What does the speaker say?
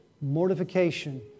mortification